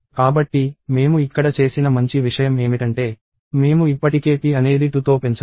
కాబట్టి మేము ఇక్కడ చేసిన మంచి విషయం ఏమిటంటే మేము ఇప్పటికే p అనేది 2తో పెంచాము